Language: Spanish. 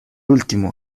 último